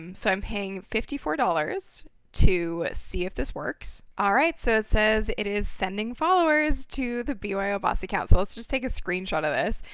um so, i'm paying fifty four dollars to see if this works. all right, so it says it is sending followers to the byo boss account. so, lets just take a screenshot of this.